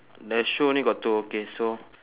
the shoe only got two okay so